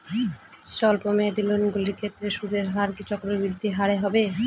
স্বল্প মেয়াদী লোনগুলির ক্ষেত্রে সুদের হার কি চক্রবৃদ্ধি হারে হবে?